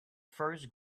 first